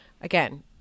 again